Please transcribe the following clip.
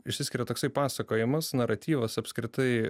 išsiskiria toksai pasakojamas naratyvas apskritai